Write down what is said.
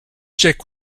check